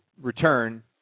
return